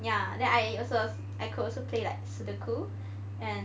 ya then I also I could also play like sudoku and